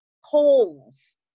holes